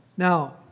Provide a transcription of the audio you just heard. Now